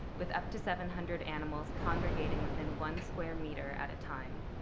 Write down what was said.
with up to seven hundred animals congregating within one square meter at a time.